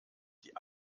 die